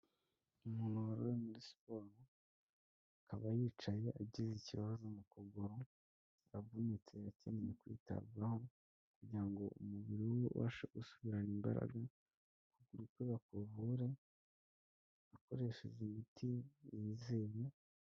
Umuntu wari uri muri siporo, akaba yicaye agize ikibazo mu kuguru avunitse akeneye kwitabwaho kugira ngo umubiri we ubashe gusubirana imbaraga, ukuguru kwe akuvure akoresheje miti yizewe.